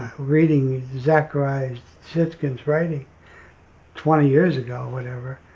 reading zachariah sitchin's writing twenty years ago whatever,